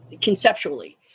conceptually